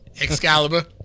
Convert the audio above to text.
Excalibur